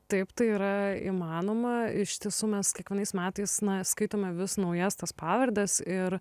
taip tai yra įmanoma iš tiesų mes kiekvienais metais na skaitome vis naujas tas pavardes ir